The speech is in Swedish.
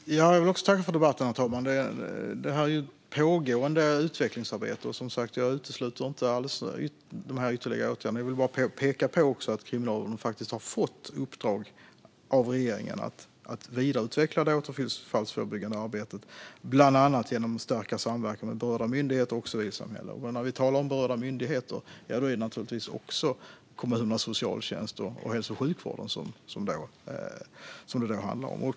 Herr talman! Jag vill också tacka för debatten. Detta är ett pågående utvecklingsarbete. Och jag utesluter inte alls, som sagt, dessa ytterligare åtgärder. Jag vill bara peka på att Kriminalvården faktiskt har fått i uppdrag av regeringen att vidareutveckla det återfallsförebyggande arbetet bland annat genom att stärka samverkan med berörda myndigheter och civilsamhälle. När vi talar om berörda myndigheter är det naturligtvis också kommunernas socialtjänst och hälso och sjukvården som det då handlar om.